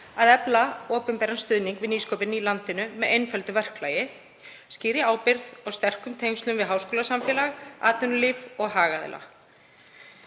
að efla opinberan stuðning við nýsköpun í landinu með einföldu verklagi, skýrri ábyrgð og sterkum tengslum við háskólasamfélag, atvinnulíf og hagaðila.